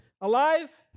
alive